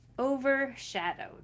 overshadowed